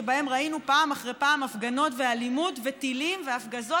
שבהם ראינו פעם אחרי פעם הפגנות ואלימות וטילים והפגזות.